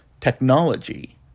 technology